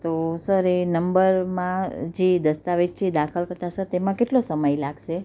તો સર એ નંબરમાં જે દસ્તાવેજ છે દાખલ કરતા સર તેમાં કેટલો સમય લાગશે